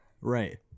Right